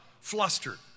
flustered